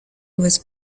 was